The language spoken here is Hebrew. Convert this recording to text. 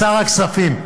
שר הכספים,